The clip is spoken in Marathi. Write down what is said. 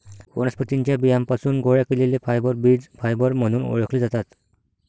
वनस्पतीं च्या बियांपासून गोळा केलेले फायबर बीज फायबर म्हणून ओळखले जातात